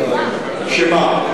שמה?